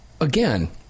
again